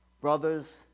brothers